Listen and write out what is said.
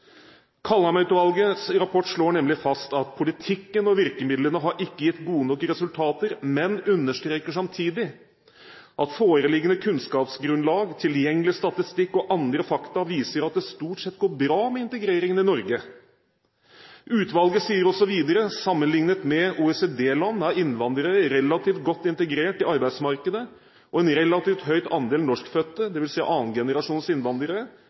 Kaldheim-utvalgets rapport slår nemlig fast at politikken og virkemidlene ikke har gitt gode nok resultater, men understreker samtidig at foreliggende kunnskapsgrunnlag, tilgjengelig statistikk og andre fakta viser at det stort sett går bra med integreringen i Norge. Utvalget sier også videre: Sammenlignet med OECD-land er innvandrere her relativt godt integrert i arbeidsmarkedet, og en relativt høy andel norskfødte, dvs. annen generasjons innvandrere,